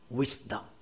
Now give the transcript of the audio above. wisdom